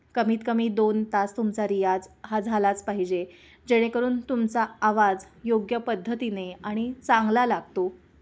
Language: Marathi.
कमीतकमी दोन तास तुमचा रियाज हा झालाच पाहिजे जेणेकरून तुमचा आवाज योग्य पद्धतीने आणि चांगला लागतो